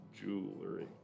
jewelry